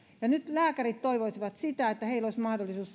ja nyt lääkärit toivoisivat sitä että heillä olisi mahdollisuus